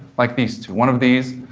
like these two. one of these